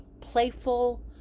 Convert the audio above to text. playful